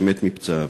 שמת מפצעיו.